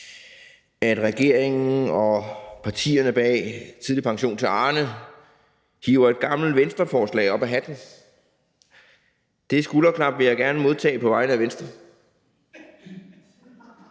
at regeringen og partierne bag den tidlige pension til Arne hiver et gammelt Venstreforslag op af hatten. Det skulderklap vil jeg gerne modtage på vegne af Venstre.